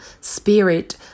spirit